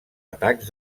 atacs